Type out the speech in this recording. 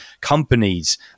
companies